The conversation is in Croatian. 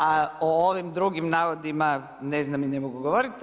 A o ovim drugim navodima ne znam i ne mogu govoriti.